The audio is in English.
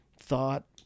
thought